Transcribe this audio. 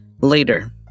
later